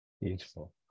beautiful